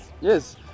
Yes